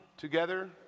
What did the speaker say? Together